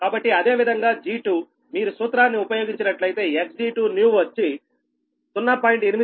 కాబట్టి అదే విధంగా G2మీరు సూత్రాన్ని ఉపయోగించినట్లయితే Xg2new వచ్చి 0